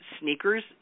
Sneakers